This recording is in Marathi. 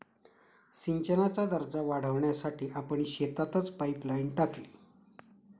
सिंचनाचा दर्जा वाढवण्यासाठी आपण शेतातच पाइपलाइन टाकली